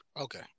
Okay